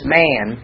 man